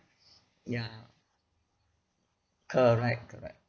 ya correct correct